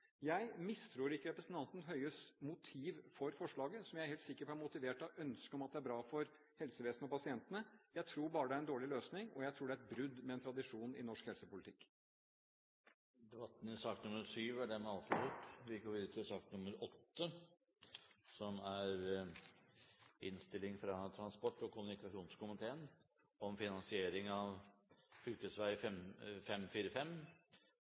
Jeg mistror ikke representanten Høies motiv for forslaget, som jeg er helt sikker på er motivert av ønsket om at det er bra for helsevesenet og pasientene. Jeg tror bare det er en dårlig løsning, og jeg tror det er et brudd med en tradisjon i norsk helsepolitikk. Debatten i sak nr. 7 er dermed avsluttet. Etter ønske fra transport- og kommunikasjonskomiteen vil presidenten foreslå at taletiden blir begrenset til 5 minutter til hver gruppe og